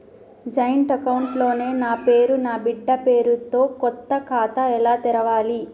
Joint account లో నా పేరు నా బిడ్డే పేరు తో కొత్త ఖాతా ఎలా తెరవాలి?